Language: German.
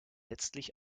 letztlich